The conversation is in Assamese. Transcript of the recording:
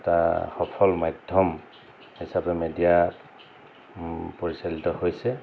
এটা সফল মাধ্যম হিচাপে মিডিয়াত পৰিচালিত হৈছে